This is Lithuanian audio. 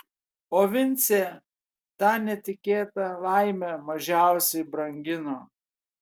o vincė tą netikėtą laimę mažiausiai brangino